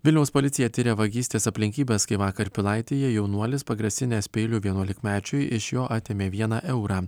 vilniaus policija tiria vagystės aplinkybes kai vakar pilaitėje jaunuolis pagrasinęs peiliu vienuolikmečiui iš jo atėmė vieną eurą